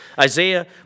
Isaiah